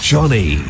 Johnny